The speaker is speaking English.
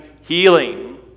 healing